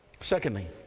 secondly